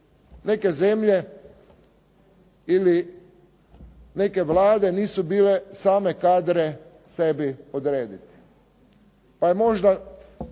neke zemlje ili neke vlade nisu bile same kadre sebi odrediti, pa je možda